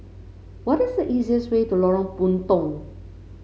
what is the easiest way to Lorong Puntong